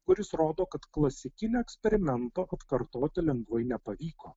kuris rodo kad klasikinio eksperimento atkartoti lengvai nepavyko